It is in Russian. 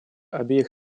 обеих